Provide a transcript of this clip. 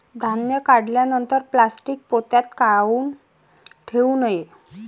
धान्य काढल्यानंतर प्लॅस्टीक पोत्यात काऊन ठेवू नये?